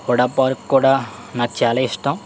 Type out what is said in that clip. Hooda park కూడా నాకు చాలా ఇష్టం